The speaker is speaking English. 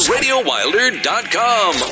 RadioWilder.com